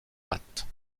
pattes